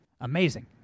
amazing